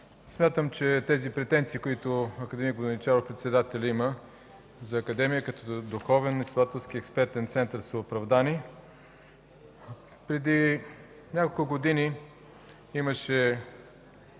Смятам, че тези претенции, които акад. Воденичаров – председателят, има за Академията като духовен, изследователски, експертен център, са оправдани. Преди няколко години имаше